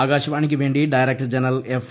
ആകാശവാണിക്കുവേ ി director general F